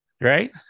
right